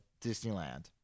Disneyland